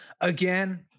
Again